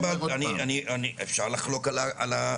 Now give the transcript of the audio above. אפשר לחלוק על האפיון.